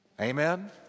Amen